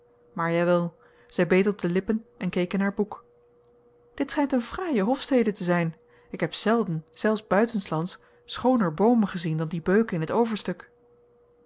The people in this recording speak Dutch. maar jawel zij beet op de lippen en keek in haar boek dit schijnt eene fraaie hofstede te zijn ik heb zelden zelfs buitenslands schooner boomen gezien dan die beuken in het overstuk